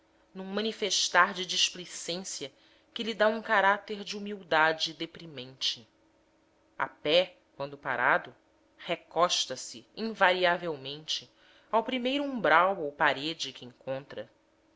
num manifestar de displicência que lhe dá um caráter de humildade deprimente a pé quando parado recosta se invariavelmente ao primeiro umbral ou parede que encontra